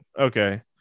okay